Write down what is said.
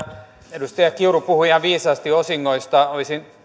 edustaja kiuru puhui ihan viisaasti osingoista olisin